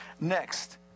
Next